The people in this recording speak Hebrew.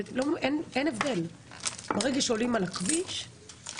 ברגע שעולים על הכביש אין הבדל.